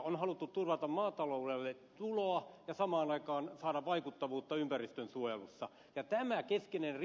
on haluttu turvata maataloudelle tuloa ja samaan aikaan saada vaikuttavuutta ympäristönsuojelussa ja tämä keskeinen